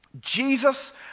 Jesus